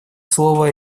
слово